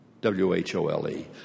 w-h-o-l-e